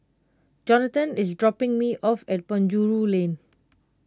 Jonathan is dropping me off at Penjuru Lane